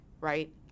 right